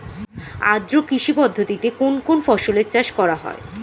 আদ্র কৃষি পদ্ধতিতে কোন কোন ফসলের চাষ করা হয়?